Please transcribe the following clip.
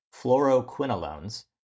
fluoroquinolones